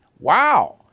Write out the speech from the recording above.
Wow